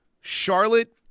Charlotte